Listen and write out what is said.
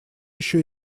еще